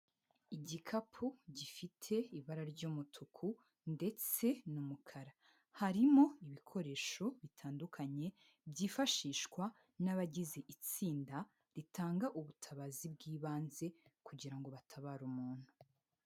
Igikapu gifite ibara ry'umutuku ndetse n'umukara, harimo ibikoresho bitandukanye byifashishwa n'abagize itsinda ritanga ubutabazi bw'ibanze, kugira ngo batabare umuntu.